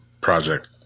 project